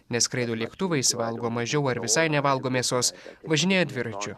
neskraido lėktuvais valgo mažiau ar visai nevalgo mėsos važinėja dviračiu